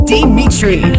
Dimitri